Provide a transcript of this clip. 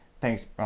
Thanks